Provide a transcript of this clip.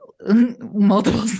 multiple